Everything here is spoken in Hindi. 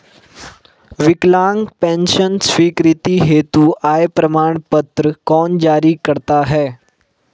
विकलांग पेंशन स्वीकृति हेतु आय प्रमाण पत्र कौन जारी करता है?